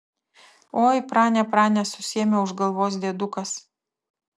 oi prane prane susiėmė už galvos diedukas